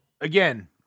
Again